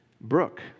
Brooke